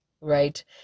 right